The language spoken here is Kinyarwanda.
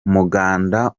umuganda